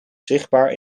zichtbaar